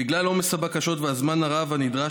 בגלל עומס הבקשות והזמן הרב הנדרש,